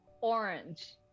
orange